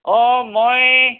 অঁ মই